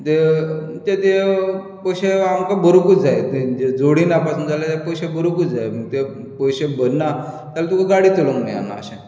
तेव ते ते पोयशे आमकां भोरूंकच जाय जोडिना पासत जाल्यार पासून पोयशे भोरूंकच जाय पोयशे भरना जाल्यार तुका गाडी चोलोवंक मेळना अशें